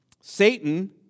Satan